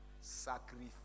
Sacrifice